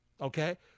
okay